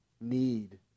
need